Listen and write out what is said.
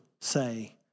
say